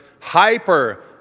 hyper